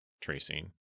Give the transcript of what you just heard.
tracing